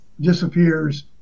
disappears